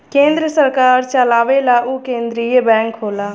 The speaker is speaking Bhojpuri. केन्द्र सरकार चलावेला उ केन्द्रिय बैंक होला